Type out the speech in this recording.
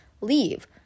leave